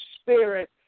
spirit